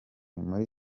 muri